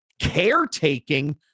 caretaking